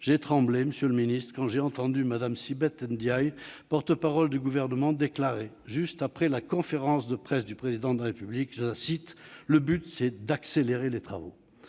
J'ai tremblé, monsieur le ministre, quand j'ai entendu Mme Sibeth Ndiaye, porte-parole du Gouvernement, déclarer juste après la conférence de presse du Président de la République, que le but était « d'accélérer les travaux »